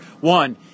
One